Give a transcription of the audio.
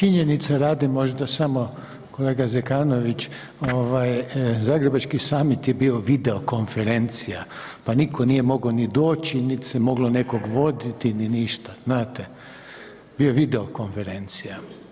Činjenice radi možda samo kolega Zekanović, ovaj Zagrebački samit je bio video konferencija, pa niko nije mogo ni doći, nit se moglo nekog voditi, ni ništa, znate, bio je video konferencija.